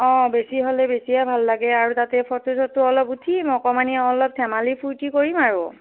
অঁ বেছি হ'লে বেছিয়ে ভাল লাগে আৰু তাতে ফটো চটো অলপ উঠিম অকণমানি অলপ ধেমালি ফূৰ্ত্তি কৰিম আৰু